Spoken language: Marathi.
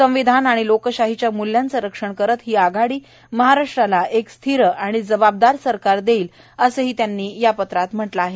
संविधान आणि लोकशाहिच्या मुल्यांचं रक्षण करत हि आघाडी महाराष्ट्राला एक स्थिर आणि जवाबदार सरकार देईल असंही गांधी यांनी पत्रात म्हटलं आहे